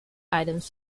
items